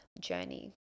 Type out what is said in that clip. journey